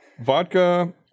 Vodka